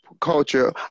culture